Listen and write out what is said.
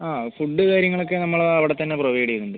ആ ഫുഡ് കാര്യങ്ങളൊക്കെ നമ്മൾ അവിടത്തന്നെ പ്രൊവൈഡ് ചെയ്യുന്നുണ്ട്